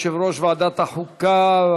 יושב-ראש ועדת החוקה,